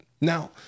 Now